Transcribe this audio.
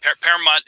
Paramount